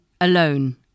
alone